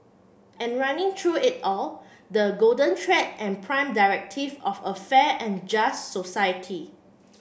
and running through it all the golden thread and prime directive of a fair and just society